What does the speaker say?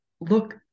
look